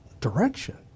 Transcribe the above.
direction